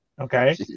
Okay